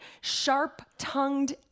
sharp-tongued